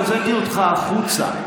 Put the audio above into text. הוצאתי אותך החוצה.